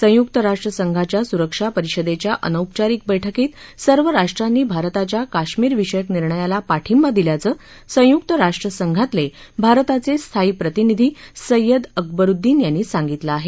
संयुक्त राष्ट्रसंघाच्या सुरक्षा परिषदेच्या अनौपचारिक बैठकीत सर्व राष्ट्रांनी भारताच्या काश्मीरविषयक निर्णयाला पाठिंबा दिल्याचं संयुक्त राष्ट्रसंघातले भारताचे स्थायी प्रतिनिधी सय्यद अकबरुद्दीन यांनी सांगितलं आहे